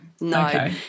No